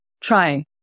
try